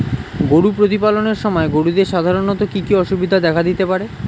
গরু প্রতিপালনের সময় গরুদের সাধারণত কি কি অসুবিধা দেখা দিতে পারে?